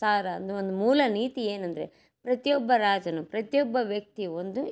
ಸಾರ ಅಂದ್ರೆ ಒಂದು ಮೂಲ ನೀತಿ ಏನಂದರೆ ಪ್ರತಿಯೊಬ್ಬ ರಾಜನೂ ಪ್ರತಿಯೊಬ್ಬ ವ್ಯಕ್ತಿಯೂ ಒಂದು